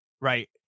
right